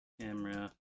Camera